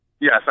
Yes